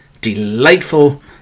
delightful